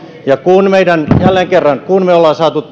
ja jälleen kerran kun me olemme saaneet